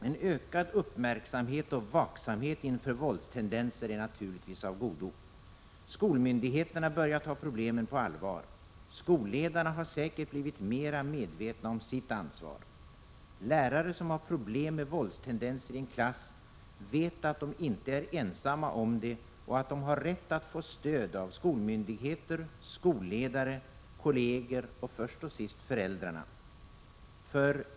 En ökad uppmärksamhet och vaksamhet inför våldstendenser är naturligtvis av godo. Skolmyndigheterna börjar ta problemen på allvar. Skolledarna har säkert blivit mera medvetna om sitt ansvar. Lärare som har problem med våldstendenser i en klass vet att de inte är ensamma om det och att de har rätt att få stöd av skolmyndigheter, skolledare, kolleger och först och sist föräldrarna.